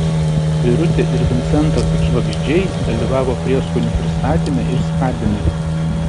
birutė ir vincentas švagždžiai dalyvavo prieskonių pristatyme ir skabyme